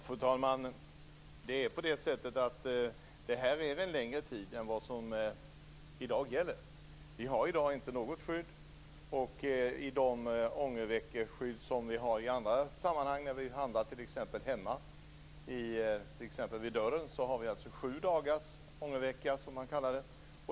Fru talman! Det här är en längre tid än vad som gäller i dag. I dag har vi inte något skydd. I de ångerskydd som vi har i andra sammanhang, t.ex. när vi handlar hemma vid dörren, handlar det om sju dagars ångervecka som det kallas.